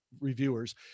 reviewers